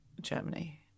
Germany